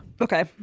Okay